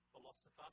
philosopher